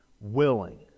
willing